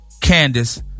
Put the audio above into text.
Candice